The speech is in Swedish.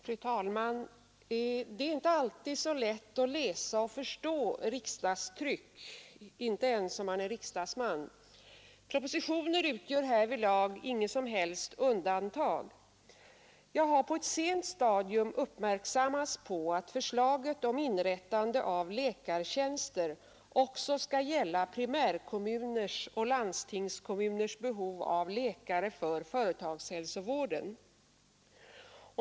Fru talman! Det är inte alltid så lätt att läsa och förstå riksdagstryck, inte ens om man är riksdagsman. Propositioner utgör härvid inget som helst undantag. Jag har på ett sent stadium uppmärksammats på att förslaget om inrättande av läkartjänster också skall gälla primärkommuners och landstingskommuners behov av läkare för företagshälsovården.